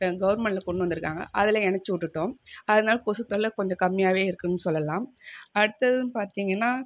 இப்போ கவுர்மெண்ட்டில் கொண்டு வந்துருக்காங்க அதில் எனச்சி விட்டுட்டோம் அதனால கொசு தொல்லை கொஞ்சம் கம்மியாகவே இருக்குன்னு சொல்லலாம் அடுத்ததுன்னு பார்த்திங்கன்னா